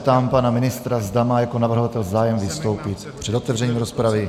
Ptám se pana ministra, zda má jako navrhovatel zájem vystoupit před otevřením rozpravy.